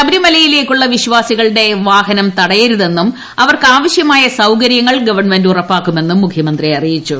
ശബരിമലയിലേയ്ക്കുള്ള വിശ്വാസികളുടെ വാഹനം തടയരുതെന്നും അവർക്ക് ആവശ്യമായ സൌകര്യങ്ങൾ ഗവൺമെന്റ് ഉറപ്പാക്കുമെന്നും മുഖ്യമന്ത്രി അറിയിച്ചു